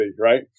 right